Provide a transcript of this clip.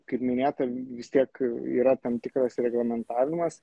kaip minėta vis tiek yra tam tikras reglamentavimas